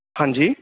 ਹਾਂਜੀ